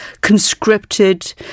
conscripted